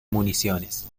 municiones